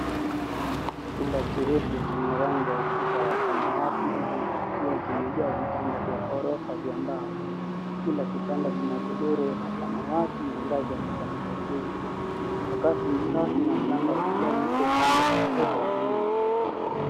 Chumba kirefu chenye rangi ya ukuta wa samawati iliyofifia, kimejaa vitanda vya ghorofa vya mbao. Kila kitanda kina godoro la samawati, na ngazi ya kupandia juu. Sakafu ni safi na mlango wa kijani huku upande wa kushoto, wa nyuma.